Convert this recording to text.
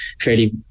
fairly